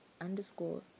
underscore